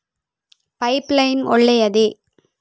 Pipe line ಒಳ್ಳೆಯದೇ?